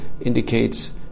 indicates